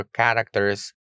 characters